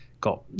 Got